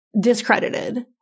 discredited